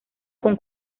con